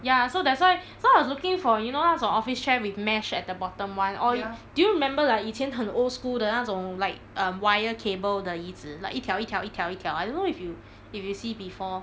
ya so that's why so I was looking for you know 那种 office chair with mesh at the bottom [one] or you do you remember like 以前很 old school 的那种 like um wire cable 的椅子 like 一条一条一条一条 I don't know if you if you see before